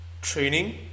training